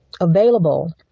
available